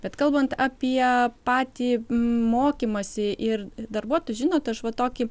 bet kalbant apie patį mokymąsi ir darbuotojus žinot aš va tokį